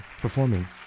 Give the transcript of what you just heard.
performing